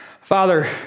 Father